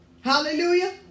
Hallelujah